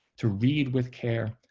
to read with care.